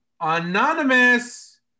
Anonymous